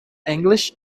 english